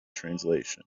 translation